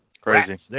Crazy